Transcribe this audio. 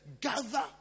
gather